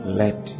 let